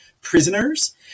prisoners